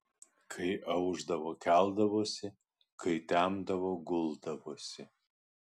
kai aušdavo keldavosi kai temdavo guldavosi